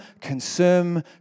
consume